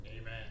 Amen